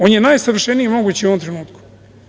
On je najsavršeniji moguć u ovom trenutku.